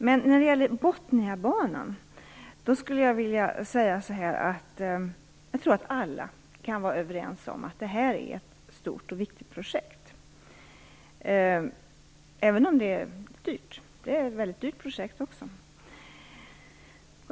Men när det gäller Botniabanan skulle jag vilja säga så här: Jag tror att alla kan vara överens om att det här är ett stort och viktigt projekt, även om det är dyrt. Det är ett väldigt dyrt projekt också.